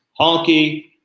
Honky